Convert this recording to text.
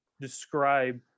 describe